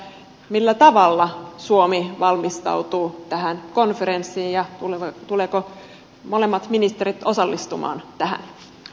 millä tavalla suomi valmistautuu tähän konferenssiin ja tulevatko molemmat ministerit osallistumaan tähän